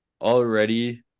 already